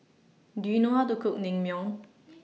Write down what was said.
Do YOU know How to Cook Naengmyeon